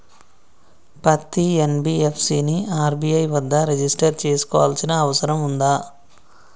పత్తి ఎన్.బి.ఎఫ్.సి ని ఆర్.బి.ఐ వద్ద రిజిష్టర్ చేసుకోవాల్సిన అవసరం ఉందా?